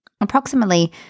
Approximately